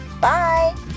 Bye